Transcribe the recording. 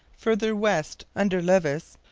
farther west, under levis,